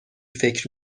فکر